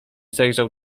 zajrzał